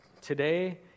today